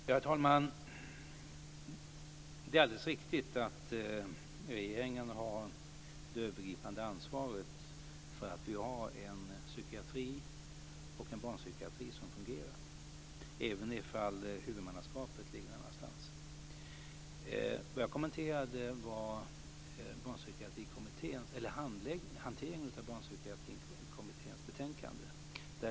Herr talman! Det är alldeles riktigt att regeringen har det övergripande ansvaret för att vi har en psykiatri och en barnpsykiatri som fungerar, även om huvudmannaskapet ligger någon annanstans. Det som jag kommenterade var hanteringen av Barnpsykiatrikommitténs betänkande.